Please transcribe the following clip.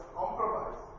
compromise